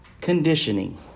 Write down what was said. conditioning